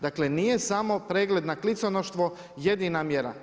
Dakle, nije samo pregled na kliconoštvo jedina mjera.